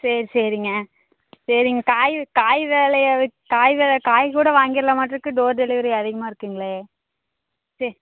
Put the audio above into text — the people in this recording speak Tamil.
சரி சரிங்க சரிங் காய் காய் விலைய வெ காய் வில காய் கூட வாங்கிர்லாமட்டுருக்கு டோர் டெலிவரி அதிகமாக இருக்குங்களே சேர்